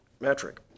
metric